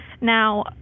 Now